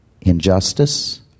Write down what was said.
injustice